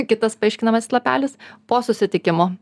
kitas paaiškinimas lapelis po susitikimo